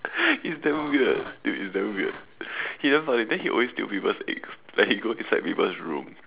it's damn weird it is damn weird he damn funny then he always steal people's eggs like he go inside people's room